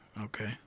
Okay